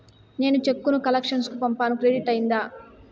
నేను చెక్కు ను కలెక్షన్ కు పంపాను క్రెడిట్ అయ్యిందా